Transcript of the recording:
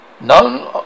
None